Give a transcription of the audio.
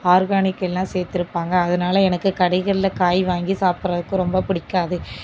ஆர்கானிக்கெல்லாம் சேர்த்துருப்பாங்க அதனால் எனக்கு கடைகளில் காய் வாங்கி சாப்பிறதுக்கு ரொம்ப பிடிக்காது